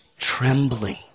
trembling